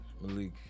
Malik